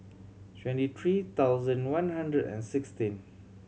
twenty three thousand one hundred and sixteen